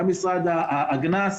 גם משרד הגנת הסביבה,